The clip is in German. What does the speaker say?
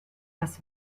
das